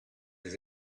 his